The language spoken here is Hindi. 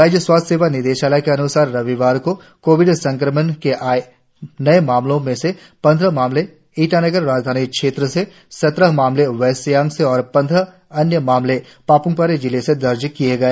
राज्य स्वास्थ्य सेवा निदेशालय के अन्सार रविवार को कोविड संक्रमण के आए मामलों में से पंद्रह मामले ईटानगर राजधानी क्षेत्र से सत्रह मामले वेस्ट सियांग और पंद्रह अन्य मामले पाप्मपारे जिले से दर्ज किए गए